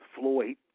Floyd